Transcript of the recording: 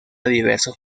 diversos